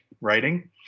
writing